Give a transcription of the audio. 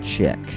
Check